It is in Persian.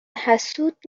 حسود